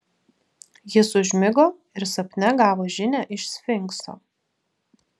jis užmigo ir sapne gavo žinią iš sfinkso